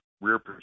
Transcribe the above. rear